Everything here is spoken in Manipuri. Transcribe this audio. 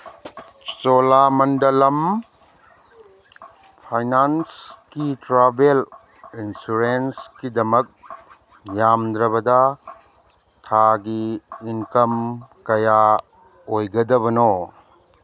ꯆꯣꯂꯥꯃꯟꯗꯂꯝ ꯐꯥꯏꯅꯥꯟꯁꯀꯤ ꯇ꯭ꯔꯕꯦꯜ ꯏꯟꯁꯨꯔꯦꯟꯁꯀꯤꯗꯃꯛ ꯌꯥꯝꯗ꯭ꯔꯕꯗ ꯊꯥꯒꯤ ꯏꯟꯀꯝ ꯀꯌꯥ ꯑꯣꯏꯒꯗꯕꯅꯣ